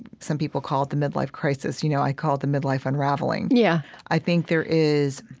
some people call it the midlife crisis. you know, i call it the midlife unraveling. yeah i think there is